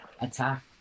Attack